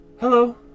Hello